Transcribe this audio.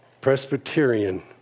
Presbyterian